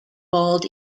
bald